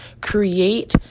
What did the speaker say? create